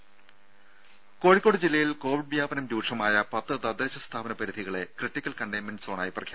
ദ്ദേ കോഴിക്കോട് ജില്ലയിൽ കോവിഡ് വ്യാപനം രൂക്ഷമായ പത്ത് തദ്ദേശ സ്ഥാപന പരിധികളെ ക്രിട്ടിക്കൽ കണ്ടെയ്ൻമെന്റ് സോണായി പ്രഖ്യാപിച്ചു